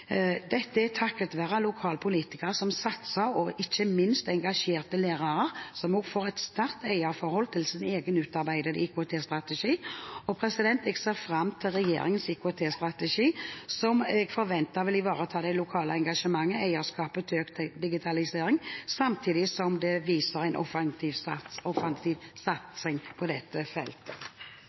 Dette er takket være lokale politikere som satser, og ikke minst engasjerte lærere som også får et sterkt eierforhold til sin egen utarbeidede IKT-strategi. Og jeg ser fram til regjeringens IKT-strategi, som jeg forventer vil ivareta det lokale engasjementet, eierskapet til økt digitalisering, samtidig som det viser en offensiv satsing på dette feltet.